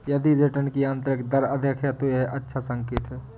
यदि रिटर्न की आंतरिक दर अधिक है, तो यह एक अच्छा संकेत है